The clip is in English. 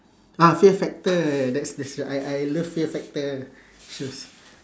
ah fear factor that's the show I I love fear factor shows